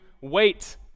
wait